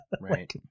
Right